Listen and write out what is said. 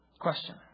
Question